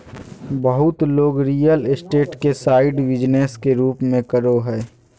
बहुत लोग real estate के साइड बिजनेस के रूप में करो हइ